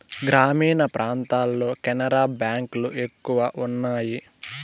గ్రామీణ ప్రాంతాల్లో కెనరా బ్యాంక్ లు ఎక్కువ ఉన్నాయి